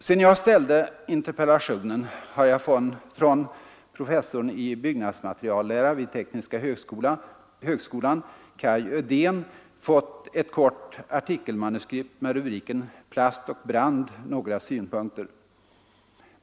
Sedan jag framställde interpellationen har jag från professorn i byggnadsmateriallära vid Tekniska högskolan Kai Ödeen fått ett kort artikelmanuskript med rubriken Plast och brand — några synpunkter.